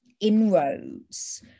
inroads